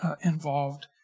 involved